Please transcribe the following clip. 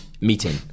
meeting